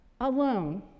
Alone